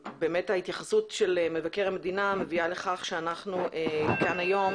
ההתייחסות של מבקר המדינה מביאה לכך שאנחנו כאן היום